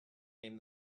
came